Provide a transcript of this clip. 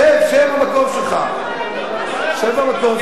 שב, שב במקום שלך, שב במקום שלך.